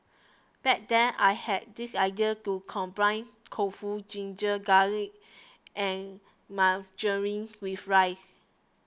back then I had this idea to combine tofu ginger garlic and margarine with rice